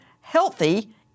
healthy